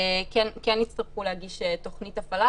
כן יצטרכו להגיש תוכנית הפעלה.